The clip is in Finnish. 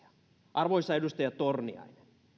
arvoisa edustaja torniainen